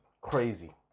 Crazy